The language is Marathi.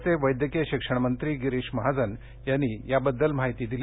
राज्याचे वैद्यकीय शिक्षण मंत्री गिरीश महाजन यांनी याबद्दल माहिती दिली